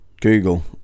google